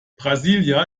brasília